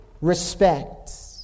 respect